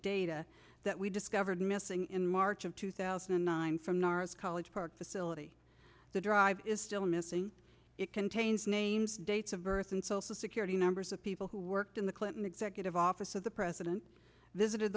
data that we discovered missing in march of two thousand and nine from naras college park facility the dr is still missing it contains names dates of birth and social security numbers of people who worked in the clinton executive office of the president visited